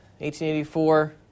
1884